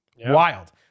wild